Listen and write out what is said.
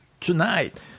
tonight